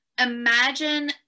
imagine